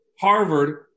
Harvard